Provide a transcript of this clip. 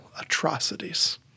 atrocities